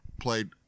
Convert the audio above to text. played